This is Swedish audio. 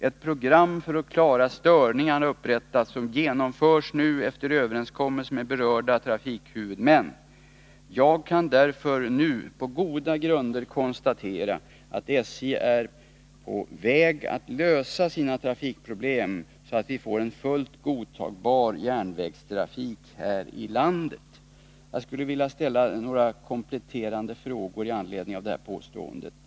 Ett program för att klara störningarna har upprättats och genomförs nu efter överenskommelser med berörda trafikhuvudmän. Jag kan därför nu på goda grunder konstatera att SJ är på väg att lösa sina trafikproblem så att vi får en fullt godtagbar järnvägstrafik här i landet.” Jag skulle vilja ställa några kompletterande frågor med anledning av detta påstående.